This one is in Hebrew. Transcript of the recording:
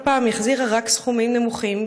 ובכל פעם היא החזירה רק סכומים קטנים,